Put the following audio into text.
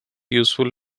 useful